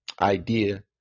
idea